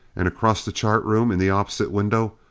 and across the chart room, in the opposite window,